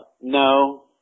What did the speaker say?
No